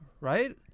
right